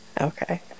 Okay